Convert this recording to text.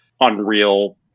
unreal